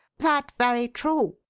that very true,